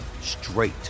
straight